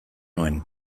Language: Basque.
nuen